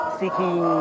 seeking